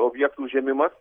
objektų užėmimas